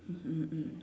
mm mm mm